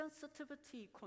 Sensitivity